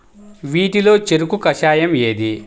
వీటిలో చెరకు కషాయం ఏది?